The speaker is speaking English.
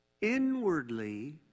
inwardly